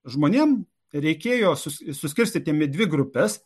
žmonėm reikėjo susi suskirstytiem į dvi grupes